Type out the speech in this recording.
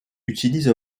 utilise